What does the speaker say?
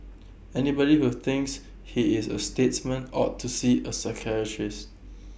anybody who thinks he is A statesman ought to see A psychiatrist